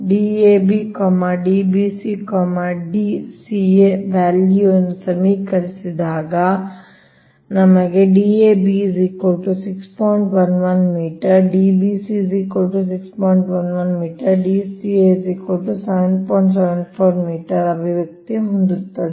Dab Dbc Dca value ಸಮೀಕರಿಸಿದಾಗ ಈ ಅಭಿವ್ಯಕ್ತಿ ದೊರೆಯುತ್ತದೆ